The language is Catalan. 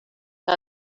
que